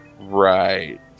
Right